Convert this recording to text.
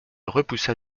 repoussa